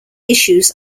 issues